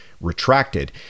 retracted